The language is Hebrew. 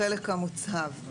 לחלק המוצהב.